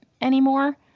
anymore